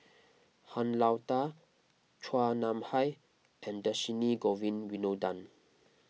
Han Lao Da Chua Nam Hai and Dhershini Govin Winodan